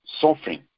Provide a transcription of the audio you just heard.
suffering